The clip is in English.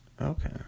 Okay